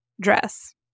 dress